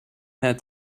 had